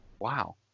wow